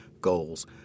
goals